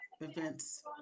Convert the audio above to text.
events